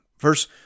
Verse